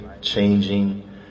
changing